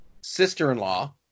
sister-in-law